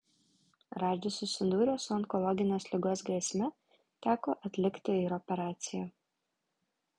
radžis susidūrė su onkologinės ligos grėsme teko atlikti ir operaciją